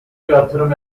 yatırım